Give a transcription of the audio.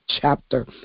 Chapter